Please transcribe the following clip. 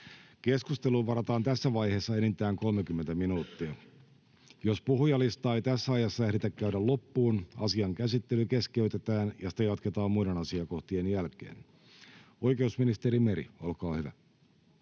Keskusteluun varataan tässä vaiheessa enintään 30 minuuttia. Jos puhujalistaa ei tässä ajassa ehditä käydä loppuun, asian käsittely keskeytetään ja sitä jatketaan muiden asiakohtien jälkeen. — Oikeusministeri Meri, olkaa hyvä.